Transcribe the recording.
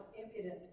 Impudent